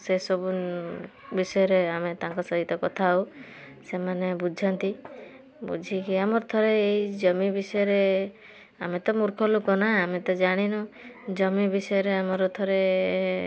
ସେସବୁ ବିଷୟରେ ଆମେ ତାଙ୍କ ସହିତ କଥା ହଉ ସେମାନେ ବୁଝନ୍ତି ବୁଝିକି ଆମର ଥରେ ଏଇ ଜମି ବିଷୟରେ ଆମେ ତ ମୂର୍ଖ ଲୋକନା ଆମେ ତ ଜାଣିନୁ ଜମି ବିଷୟରେ ଆମର ଥରେ